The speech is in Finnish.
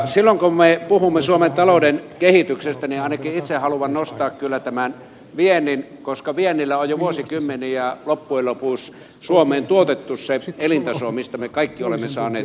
silloin kun me puhumme suomen talouden kehityksestä niin ainakin itse haluan nostaa kyllä tämän viennin koska viennillä on jo vuosikymmeniä loppujen lopuksi suomeen tuotettu se elintaso mistä me kaikki olemme saaneet nauttia